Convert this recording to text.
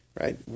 Right